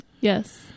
yes